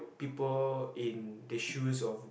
people in the shoes of